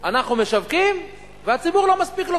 אנחנו משווקים, והציבור לא לוקח מספיק.